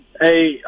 Hey